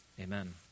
amen